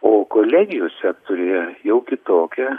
o kolegijų sektoriuje jau kitokia